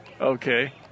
Okay